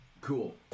Cool